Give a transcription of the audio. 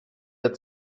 der